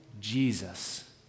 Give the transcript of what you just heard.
Jesus